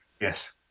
Yes